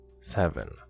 Seven